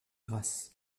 grasses